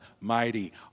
mighty